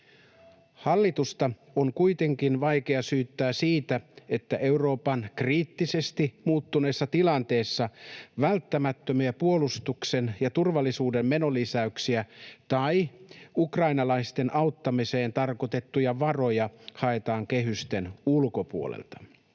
Hallitusta on kuitenkaan vaikea syyttää siitä, että Euroopan kriittisesti muuttuneessa tilanteessa välttämättömiä puolustuksen ja turvallisuuden menolisäyksiä tai ukrainalaisten auttamiseen tarkoitettuja varoja haetaan kehysten ulkopuolelta.